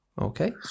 Okay